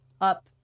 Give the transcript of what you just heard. up